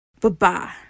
Bye-bye